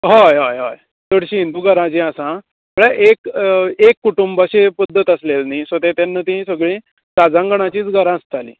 होय होय चडशीं हिंदू घरां जी आसा म्हळ्यार एक एक कुटूंब अशीं पद्दत आसलेले न्ही सो तेन्ना ती सगळीं राज्यांगणांचीच घरां आसतालीं